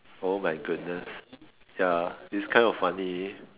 oh my goodness ya its kind of funny